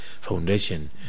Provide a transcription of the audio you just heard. foundation